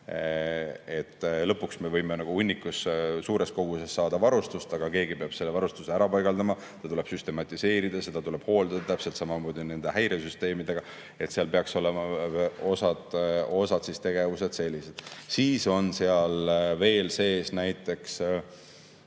Lõpuks me võime hunnikus, suures koguses saada varustust, aga keegi peab selle varustuse ka ära paigaldama, seda tuleb süstematiseerida, seda tuleb hooldada. Täpselt samamoodi on häiresüsteemidega. Nii et seal peaks olema osa tegevusi sellised. Siis on seal veel sees näiteks